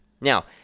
Now